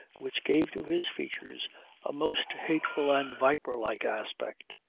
which gave to his features a most hateful and viper-like aspect.